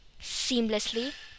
seamlessly